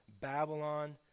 Babylon